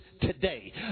today